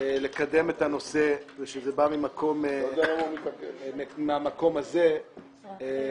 לקדם את הנושא ושזה בא מהמקום הזה,